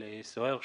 ולסוהר,